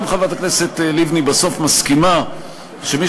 גם חברת הכנסת לבני בסוף מסכימה שמי